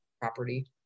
property